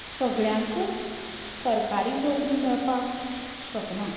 सगळ्यांकच सरकारी नोकरी मेळपाक शकना